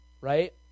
right